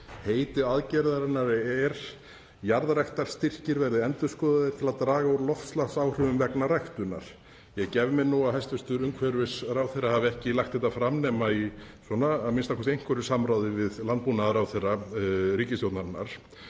Heiti aðgerðarinnar er: Jarðræktarstyrkir verði endurskoðaðir til að draga úr loftslagsáhrifum vegna ræktunar. Ég gef mér nú að hæstv. umhverfisráðherra hafi ekki lagt þetta fram nema í svona a.m.k. einhverju samráði við landbúnaðarráðherra ríkisstjórnarinnar.